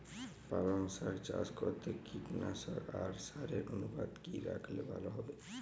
পালং শাক চাষ করতে কীটনাশক আর সারের অনুপাত কি রাখলে ভালো হবে?